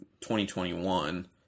2021